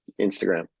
Instagram